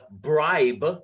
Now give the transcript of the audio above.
bribe